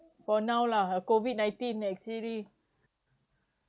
for now lah COVID nineteen actually